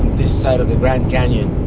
this side of the grand canyon.